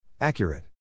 Accurate